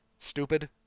stupid